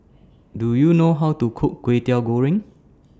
Do YOU know How to Cook Kway Teow Goreng